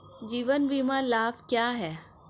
जीवन बीमा लाभ क्या हैं?